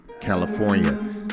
California